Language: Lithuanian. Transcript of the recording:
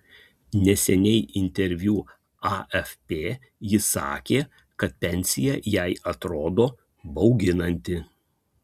neseniai interviu afp ji sakė kad pensija jai atrodo bauginanti